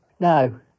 No